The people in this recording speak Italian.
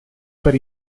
per